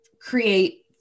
create